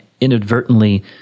inadvertently